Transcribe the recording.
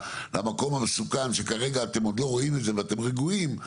למקום המסוכן שכרגע אתם עוד לא רואים את זה ואתם רגועים,